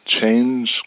change